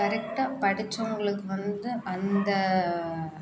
டேரெக்டாக படித்தவங்களுக்கு வந்து அந்த